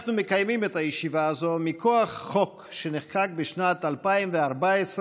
אנחנו מקיימים את הישיבה הזאת מכוח חוק שנחקק בשנת 2014,